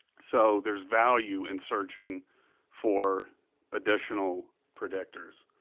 so there's value in searching for additional predictors.